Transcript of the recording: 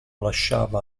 lasciava